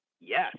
Yes